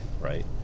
right